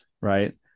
right